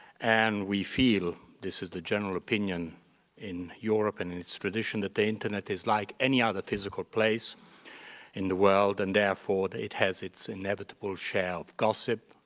and we feel, this is the general opinion in europe and and its tradition, that the internet is like any other physical place in the world, and therefore it has its inevitable share of gossip,